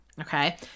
okay